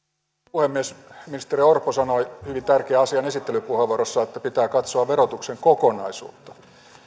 puhemies ministeri orpo sanoi hyvin tärkeän asian esittelypuheenvuorossaan pitää katsoa verotuksen kokonaisuutta ja